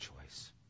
choice